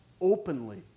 openly